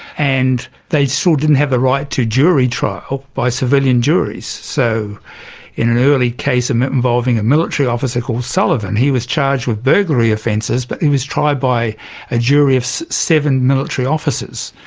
and they still didn't have the right to a jury trial by civilian juries. so in an early case um involving a military officer called sullivan, he was charged with burglary offences but he was tried by a jury of seven military officers.